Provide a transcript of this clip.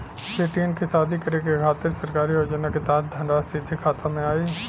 बेटियन के शादी करे के खातिर सरकारी योजना के तहत धनराशि सीधे खाता मे आई?